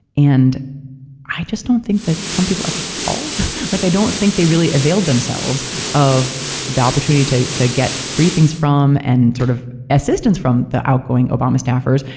and i just don't think that trump people ever called, like i don't think they really availed themselves of the opportunity to to get briefings from and sort of assistance from the outgoing obama staffers.